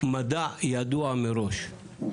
מדע ידוע מראש.